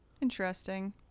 Interesting